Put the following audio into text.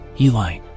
Eli